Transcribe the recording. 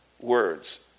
words